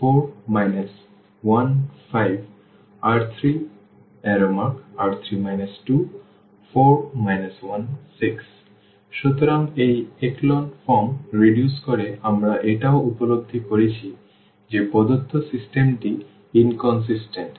4 1 5 R3R3 R2 4 1 6 সুতরাং এই echelon form reduce করে আমরা এটাও উপলব্ধি করেছি যে প্রদত্ত সিস্টেমটি ইনকন্সিস্টেন্ট